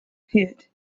pit